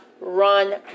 Run